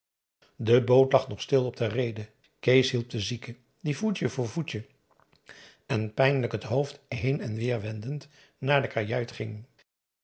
de boot lag nog stil op de reede kees hielp den zieke die voetje voor voetje en pijnlijk het hoofd heen en weer wendend naar de kajuit ging